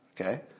Okay